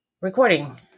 recording